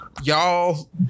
Y'all